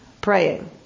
praying